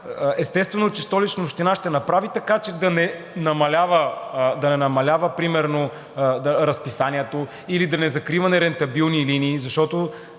естествено, че Столична община ще направи така, че да не намалява примерно разписанието, или да не закрива нерентабилни линии, защото